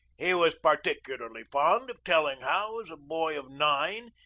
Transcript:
he was particularly fond of telling how, as a boy of nine,